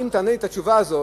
אם תענה לי את התשובה הזאת,